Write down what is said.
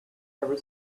ever